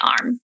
arm